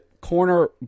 corner